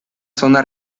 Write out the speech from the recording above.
zona